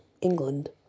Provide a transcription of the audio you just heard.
England